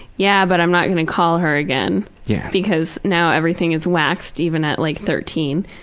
yeah, but i'm not gonna call her again. yeah because now everything is waxed even at like thirteen.